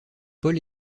paul